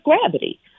gravity